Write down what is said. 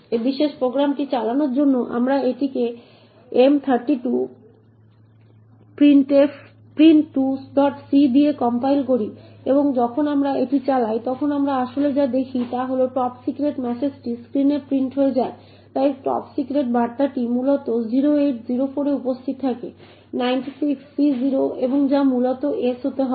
এই বিশেষ প্রোগ্রামটি চালানোর জন্য আমরা এটিকে m32 print2c দিয়ে কম্পাইল করি এবং যখন আমরা এটি চালাই তখন আমরা আসলে যা দেখি তা হল টপ সিক্রেট মেসেজটি স্ক্রিনে প্রিন্ট হয়ে যায় তাই এই টপ সিক্রেট বার্তাটি মূলত 08 04 এ উপস্থিত থাকে 96 C0 এবং যা মূলত s হতে হবে